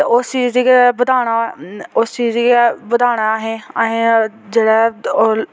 ते उस चीज़ दी गै बधाना उस चीज़ दी गै बधाना ऐ अहें अहें जेह्ड़ा ऐ ओह्